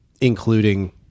including